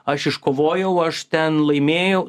aš iškovojau aš ten laimėjau